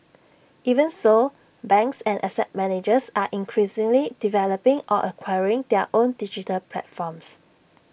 even so banks and asset managers are increasingly developing or acquiring their own digital platforms